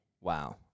Wow